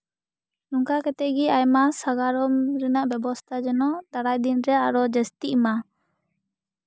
ᱚᱱᱠᱟ ᱠᱟᱛᱮ ᱜᱮ ᱟᱭᱢᱟ ᱥᱟᱜᱟᱲᱚᱢ ᱨᱮᱱᱟᱜ ᱵᱮᱵᱚᱥᱛᱟ ᱡᱮᱱᱚ ᱫᱟᱨᱟᱭ ᱫᱤᱱ ᱨᱮ ᱟᱨᱚ ᱡᱟᱥᱛᱤᱜ ᱢᱟ